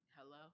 Hello